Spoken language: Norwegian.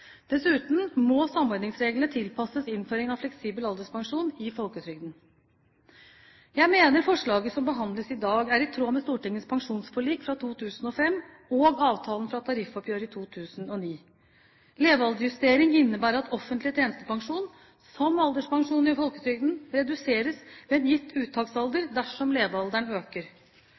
Dessuten må samordningsreglene tilpasses innføringen av fleksibel alderspensjon i folketrygden. Jeg mener forslaget som behandles i dag, er i tråd med Stortingets pensjonsforlik fra 2005 og avtalen fra tariffoppgjøret i 2009. Levealdersjusteringen innebærer at offentlig tjenestepensjon, som alderspensjon i folketrygden, reduseres ved en gitt uttaksalder dersom levealderen øker.